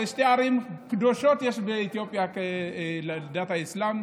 ושתי ערים קדושות יש באתיופיה לדת האסלאם,